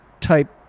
type